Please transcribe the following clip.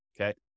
okay